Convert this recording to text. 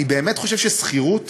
אני באמת חושב ששכירות